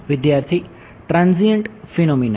વિદ્યાર્થી transient phenomena